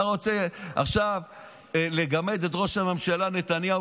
אתה רוצה עכשיו לגמד את ראש הממשלה נתניהו,